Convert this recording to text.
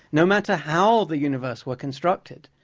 no matter how the universe were constructed.